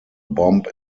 bomb